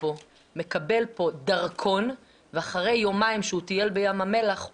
מקבל פה דרכון ואחרי יומיים של טיול בים המלח,